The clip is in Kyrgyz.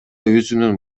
өзүнүн